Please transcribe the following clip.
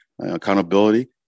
accountability